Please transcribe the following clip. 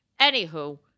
anywho